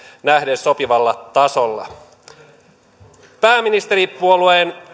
nähden sopivalla tasolla yksi pääministeripuolueen